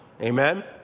Amen